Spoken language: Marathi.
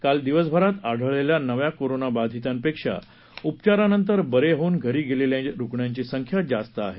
काल दिवसभरात आढळलेल्या नव्या कोरोना बाधितांपेक्षा उपचारानंतर बरे होऊन घरी गेलेल्या रुग्णांची संख्या जास्त आहे